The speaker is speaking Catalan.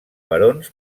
barons